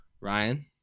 Ryan